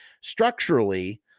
Structurally